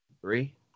three